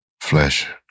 flesh